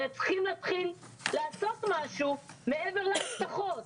הרי צריכים להתחיל לעשות משהו מעבר להבטחות.